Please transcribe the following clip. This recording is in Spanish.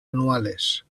anuales